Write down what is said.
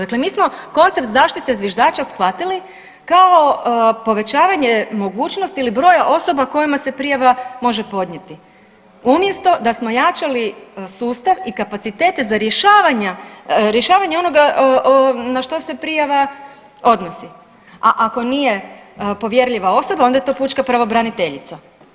Dakle, mi smo koncept zaštite zviždača shvatili kao povećavanje mogućnosti ili broja osoba kojima se prijava može podnijeti umjesto da smo jačali sustav i kapacitete za rješavanja, rješavanje onoga na što se prijava odnosi, a ako nije povjerljiva osoba onda je to pučka pravobraniteljica.